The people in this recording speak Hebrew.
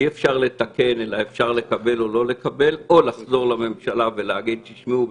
אי-אפשר לתקן אלא אפשר לקבל או לא לקבל או לחזור לממשלה ולהגיד: תשמעו,